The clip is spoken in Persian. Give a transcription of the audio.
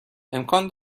امکان